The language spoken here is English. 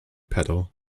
pedal